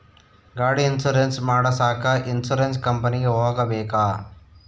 ಗಾಡಿ ಇನ್ಸುರೆನ್ಸ್ ಮಾಡಸಾಕ ಇನ್ಸುರೆನ್ಸ್ ಕಂಪನಿಗೆ ಹೋಗಬೇಕಾ?